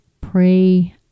pray